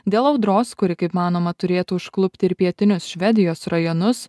dėl audros kuri kaip manoma turėtų užklupti ir pietinius švedijos rajonus